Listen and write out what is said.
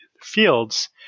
fields